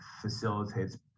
facilitates